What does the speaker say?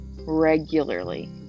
Regularly